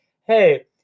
hey